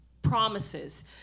Promises